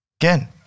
Again